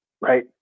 right